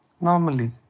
Normally